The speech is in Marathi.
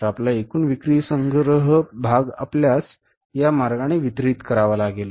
तर आपला एकूण विक्री संग्रह भाग आपल्यास या मार्गाने वितरित करावा लागेल